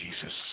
Jesus